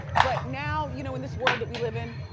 but now you know in this world that we live in,